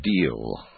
deal